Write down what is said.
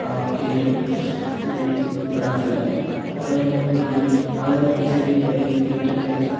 ആ കിരീടം ത്തിലെത്തിപ്പെടാൻ സാധിച്ചു അതായിരുന്നു പുള്ളി അതായിരുന്നു മെസ്സിയുടെ ഈ കരിയർലെ ഏറ്റവും മികച്ച